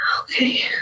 Okay